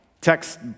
Text